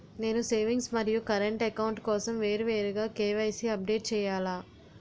నేను సేవింగ్స్ మరియు current account కోసం వేరువేరుగా కే.వై.సీ అప్డేట్ చేయాలా?